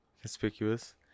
conspicuous